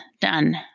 done